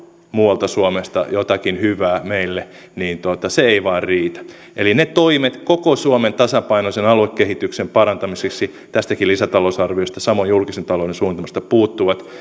muualta suomesta mahtaisi valua jotakin hyvää meille se ei vain riitä eli ne toimet koko suomen tasapainoisen aluekehityksen parantamiseksi tästäkin lisätalousarviosta samoin julkisen talouden suunnitelmasta puuttuvat ja